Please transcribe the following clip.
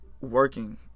working